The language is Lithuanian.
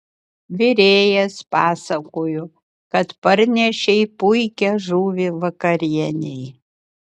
virėjas pasakojo kad parnešei puikią žuvį vakarienei